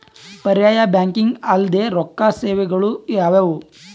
ಪರ್ಯಾಯ ಬ್ಯಾಂಕಿಂಗ್ ಅಲ್ದೇ ರೊಕ್ಕ ಸೇವೆಗಳು ಯಾವ್ಯಾವು?